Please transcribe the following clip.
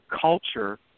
culture